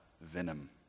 venom